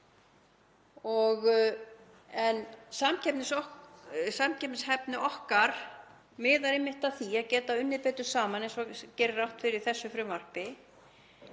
Samkeppnishæfni okkar miðar einmitt að því að geta unnið betur saman eins og gert er ráð fyrir í þessu frumvarpi.